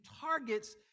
targets